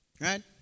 right